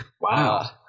Wow